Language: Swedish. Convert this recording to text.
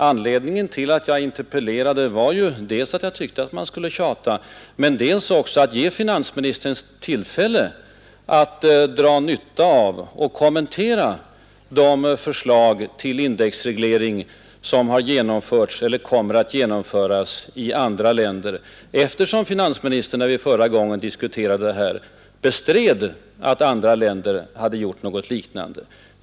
Anledningen till att jag interpellerade var dels att jag tyckte att man skulle tjata men dels också att jag ville ge finansministern tillfälle att dra nytta av och kommentera de förslag till indexreglering som har genomförts eller kommer att genomföras i andra länder, eftersom finansministern, när vi förra gången diskuterade det här, bestred att andra länder hade gjort något liknande.